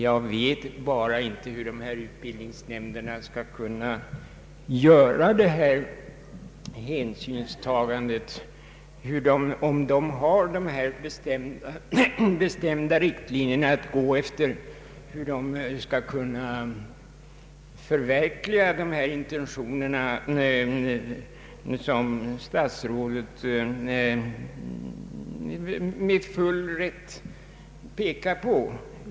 Jag vet bara inte hur utbildningsnämnderna, om de skall följa dessa bestämda riktlinjer, skall kunna förverkliga intentionerna att de skall beakta de speciella situationer, som statsrådet med full rätt har pekat på.